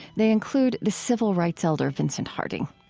they include the civil rights elder vincent harding.